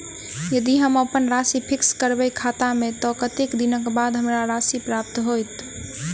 यदि हम अप्पन राशि फिक्स करबै खाता मे तऽ कत्तेक दिनक बाद हमरा राशि प्राप्त होइत?